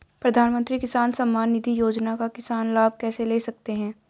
प्रधानमंत्री किसान सम्मान निधि योजना का किसान लाभ कैसे ले सकते हैं?